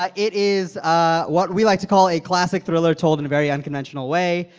ah it is ah what we like to call a classic thriller told in a very unconventional way.